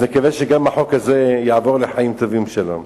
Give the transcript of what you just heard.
אז נקווה שגם החוק הזה יעבור לחיים טובים בשלום.